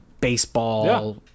baseball